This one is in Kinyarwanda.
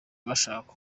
bashaka